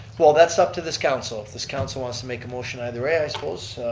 well, that's up to this council. if this council wants to make a motion either way i suppose,